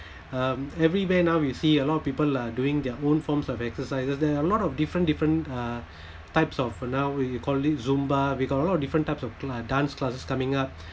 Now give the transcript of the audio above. um everywhere now you see a lot of people are doing their own forms of exercises there are a lot of different different uh types of for now we call it zumba we got a lot of different types of uh dance classes coming up